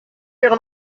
wäre